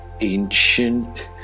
ancient